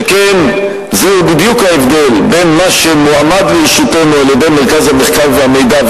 שכן זהו בדיוק ההבדל בין מה שמועמד לרשותנו על-ידי מרכז המחקר והמידע,